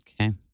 Okay